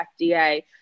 FDA